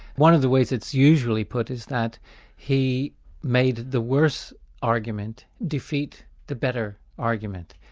one of the ways it's usually put is that he made the worse argument defeat the better argument,